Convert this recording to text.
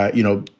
ah you know,